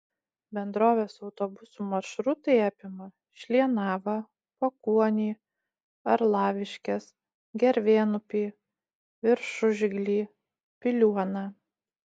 bendrovės autobusų maršrutai apima šlienavą pakuonį arlaviškes gervėnupį viršužiglį piliuoną